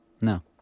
no